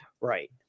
right